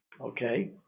okay